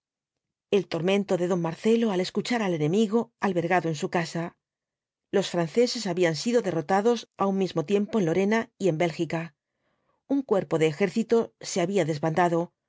el tormento de don marcelo al escuchar al enemigo albergado en su casa los franceses habían sido derrotados á un mismo tiempo en lorena y en bélgica un cuerpo de ejército se había desbandado